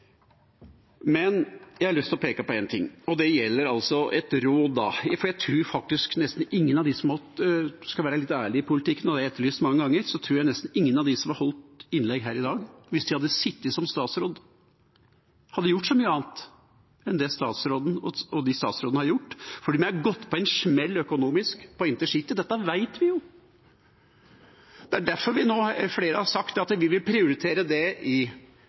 Men jeg har lyst til å peke på en ting, og det gjelder et råd – man skal være litt ærlig i politikken, og det har jeg etterlyst mange ganger – for jeg tror faktisk at nesten ingen av dem som har holdt innlegg her i dag, hvis de hadde sittet som statsråd, hadde gjort så mye annet enn det statsråden og tidligere statsråder har gjort, for de har gått på en økonomisk smell på InterCity. Dette vet vi jo. Det er derfor flere nå har sagt at de vil prioritere det – i